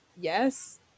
yes